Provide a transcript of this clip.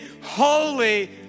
holy